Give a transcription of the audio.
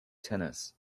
tennis